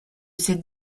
cette